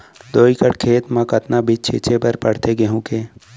दो एकड़ खेत म कतना बीज छिंचे बर पड़थे गेहूँ के?